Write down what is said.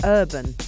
urban